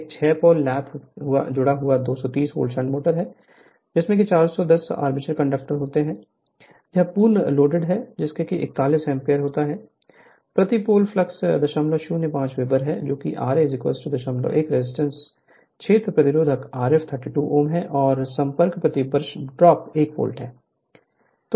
एक छह pole lap जुड़ा हुआ 230 वोल्ट शंट मोटर में 410 आर्मेचर कंडक्टर होता है यह पूर्ण लोड पर 41 एम्पीयर लेता है प्रति पोल फ्लक्स 005 वेबर है जो ra 01 रेजिस्टेंस क्षेत्र प्रतिरोध Rf 32 Ω और संपर्क प्रति ब्रश ड्रॉप 1 वोल्ट है